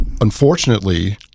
Unfortunately